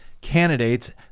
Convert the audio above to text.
candidates